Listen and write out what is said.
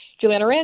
Juliana